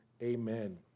Amen